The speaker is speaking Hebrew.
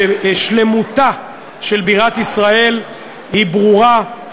ששלמותה של בירת ישראל היא ברורה,